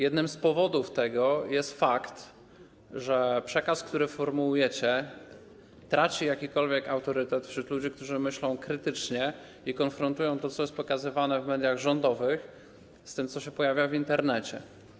Jednym z powodów jest fakt, że przez przekaz, który formułujecie, tracicie jakikolwiek autorytet wśród ludzi, którzy myślą krytycznie i konfrontują to, co jest pokazywane w mediach rządowych, z tym, co pojawia się w Internecie.